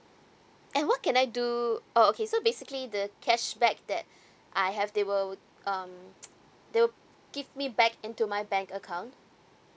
and what can I do oh okay so basically the cashback that I have they will um they will give me back into my bank account